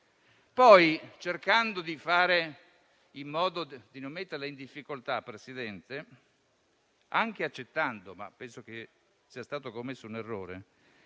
Poi, cercando di non metterla in difficoltà, Presidente, anche accettando - ma penso che sia stato commesso un errore